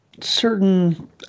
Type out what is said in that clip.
certain